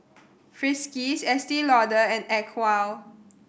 Friskies Estee Lauder and Acwell